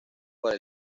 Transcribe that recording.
para